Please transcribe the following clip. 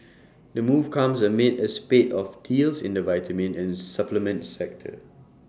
the move comes amid A spate of deals in the vitamin and supplement sector